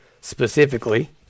specifically